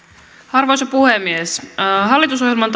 arvoisa puhemies hallitusohjelman